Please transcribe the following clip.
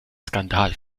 skandal